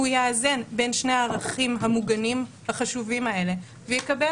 הוא יאזן בין שני הערכים המוגנים החשובים האלה ויקבל